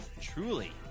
truly